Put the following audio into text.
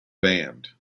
band